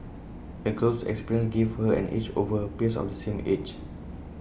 the girl's experiences gave her an edge over her peers of the same age